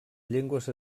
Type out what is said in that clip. llengües